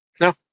No